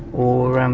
or um